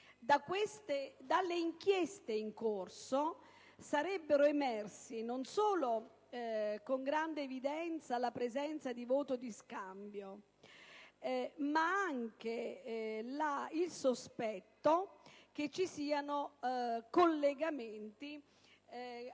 Dalle inchieste in corso sarebbero emersi non solo, con grande evidenza, la presenza di voto di scambio, ma anche il sospetto che ci siano infiltrazioni